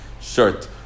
shirt